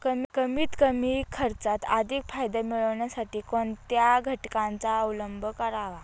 कमीत कमी खर्चात अधिक फायदा मिळविण्यासाठी कोणत्या घटकांचा अवलंब करावा?